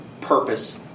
purpose